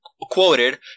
quoted